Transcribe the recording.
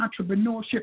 entrepreneurship